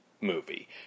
movie